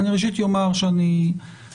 אני ראשית אומר שאני מכבד,